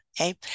Okay